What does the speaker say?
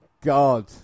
God